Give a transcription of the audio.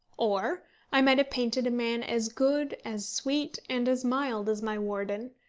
or i might have painted a man as good, as sweet, and as mild as my warden,